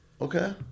Okay